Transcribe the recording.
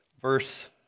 verse